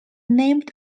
named